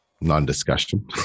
non-discussion